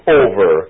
over